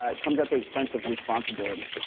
ah comes at the expense of responsibility.